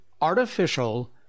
artificial